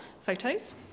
photos